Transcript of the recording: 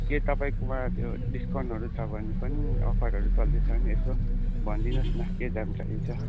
के तपाईँकोमा त्यो डिस्काउन्टहरू छ भने पनि अफरहरू चल्दैछ भने यसो भनिदिनुहोस् न के जानकारी छ